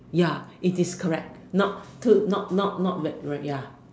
ya it is correct not to not not not not re ya